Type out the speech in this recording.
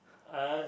uh